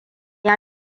ya